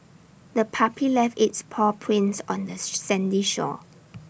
the puppy left its paw prints on this sandy shore